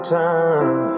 time